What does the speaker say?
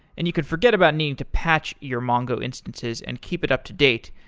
and you could forget about needing to patch your mongo instances and keep it up-to-date,